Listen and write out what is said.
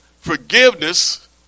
forgiveness